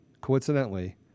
coincidentally